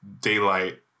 daylight